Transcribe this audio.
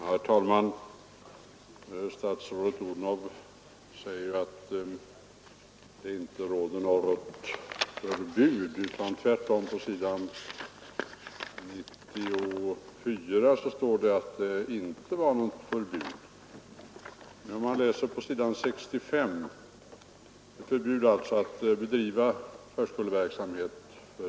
Herr talman! Statsrådet Odhnoff säger att det inte föreslås något förbud för enskilda förskolor att bedriva förskoleverksamhet; det sägs uttryckligen på s. 94 i propositionen, säger hon.